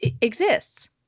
exists